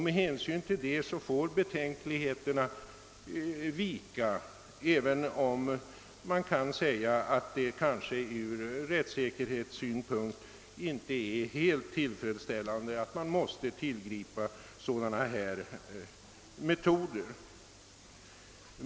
Med hänsyn härtill får betänkligheterna vika, även om det kan anföras att det ur rättvisesynpunkt kanske inte är helt tillfredsställande att man måste tillgripa dylika metoder.